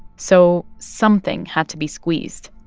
so something had to be squeezed